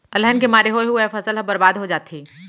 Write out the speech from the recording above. अलहन के मारे होवे हुवाए फसल ह बरबाद हो जाथे